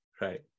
Right